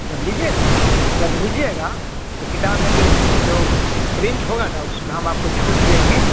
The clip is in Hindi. जब लीजिएगा ना जब लीजिएगा तो किताब में जो जो प्रिंट होगा ना उसमें हम आपको छूट देगें